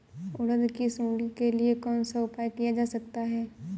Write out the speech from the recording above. उड़द की सुंडी के लिए कौन सा उपाय किया जा सकता है?